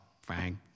Frank